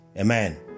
Amen